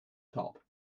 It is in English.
top